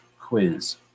quiz